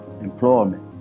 employment